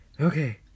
Okay